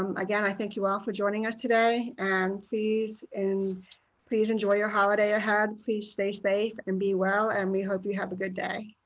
um again i thank you all for joining us today. and please and please enjoy your holiday ahead. please stay safe and be well and we hope you have a good day.